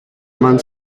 eman